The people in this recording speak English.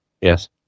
Yes